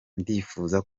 ndifuza